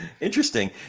Interesting